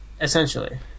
Essentially